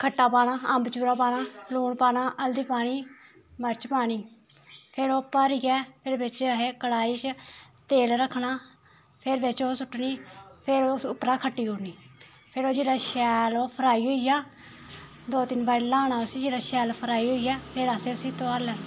खट्टा पाना अम्ब चूरा पाना लून पाना हल्दी पानी मरच पानी फिर ओह् भरियै फिर बिच्च असें कड़ाही च तेल रक्खना फिर बिच्च ओह् सुट्टनी फिर ओह् उप्परां खट्टी ओड़नी फिर ओह् जेल्लै शैल ओह् फ्राई होई जा दो तिन्न बारी ल्हाना उसी फेर जेल्लै शैल फ्राई होई जा फिर असें उसी तोआरी लैना